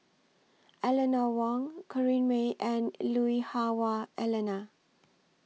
Eleanor Wong Corrinne May and Lui Hah Wah Elena